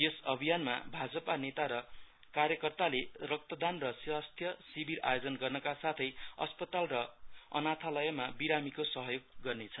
यस अभियानमा भाजपा नेता र कार्यकर्ता कर्तदान र स्वास्थ्य शिविर आयोजन गर्नका साथै अस्पताल र अनाथालमयमा विरामीको सहयोग गर्ने छन्